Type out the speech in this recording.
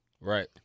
Right